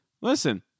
listen